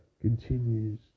continues